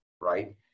right